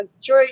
joy